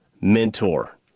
mentor